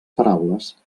paraules